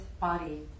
body